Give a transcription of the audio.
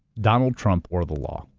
donald trump or the law.